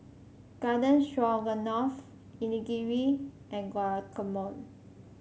Garden Stroganoff Onigiri and Guacamole